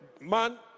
man